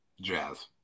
Jazz